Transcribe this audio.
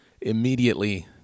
immediately